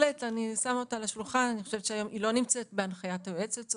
דרור גרנית, אני גם מייעוץ וחקיקה.